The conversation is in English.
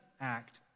act